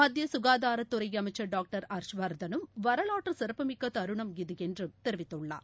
மத்தியசுகாதாரத் துறைஅமைச்சர் ஹர்ஷ்வர்தனும் வரலாற்றுச் சிறப்புமிக்கதருணம் இத என்றுதெரிவித்துள்ளார்